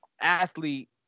athlete